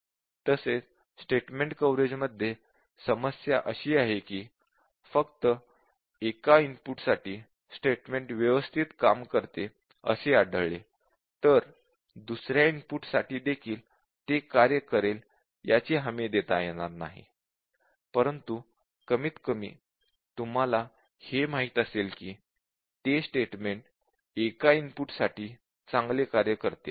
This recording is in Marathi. तसेच स्टेटमेंट कव्हरेजमध्ये समस्या अशी आहे की फक्त एका इनपुटसाठी स्टेटमेंट व्यवस्थित काम करते असे आढळले तर दुसर्या इनपुटसाठी देखील ते कार्य करेल याची हमी देता येणार नाही परंतु कमीतकमी तुम्हाला हे माहित असेल की ते स्टेटमेंट एका इनपुटसाठी चांगले कार्य करते आहे